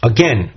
Again